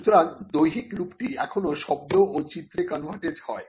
সুতরাং দৈহিক রূপটি এখন শব্দ ও চিত্রে কনভার্টেড হয়